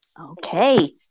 Okay